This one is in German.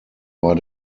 war